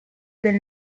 del